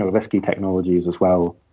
risky technologies as well.